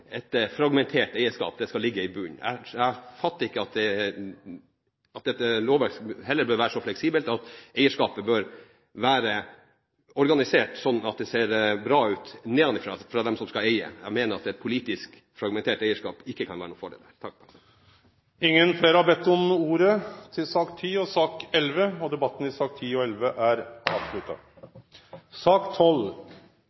et fragmentert eierskap – at det skal ligge i bunnen. Jeg fatter ikke at dette lovverket heller bør være så fleksibelt at eierskapet bør være organisert, slik at det ser bra ut nedenfra – fra dem som skal eie. Jeg mener at et politisk fragmentert eierskap ikke kan være noen fordel. Fleire har ikkje bedt om ordet til sakene nr. 10 og 11. Første talar er Per Roar Bredvold, som er ordførar for saka, og